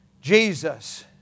Jesus